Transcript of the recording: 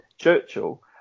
churchill